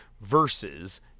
versus